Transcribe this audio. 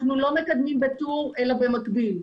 אנחנו לא מקבלים בטור, אלא במקביל.